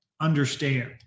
understand